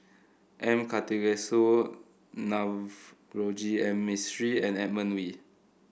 M Karthigesu Navroji and Mistri and Edmund Wee